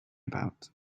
about